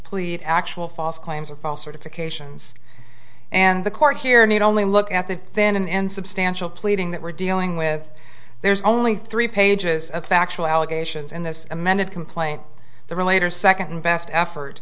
plead actual false claims of false certifications and the court here need only look at the then insubstantial pleading that we're dealing with there's only three pages of factual allegations in this amended complaint the relator second best effort